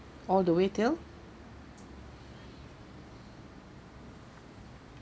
all the way till